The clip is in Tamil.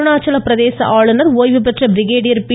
அருணாச்சலப் பிரதேச ஆளுநர் ஓய்வுபெற்ற பிரிகேடியர் பி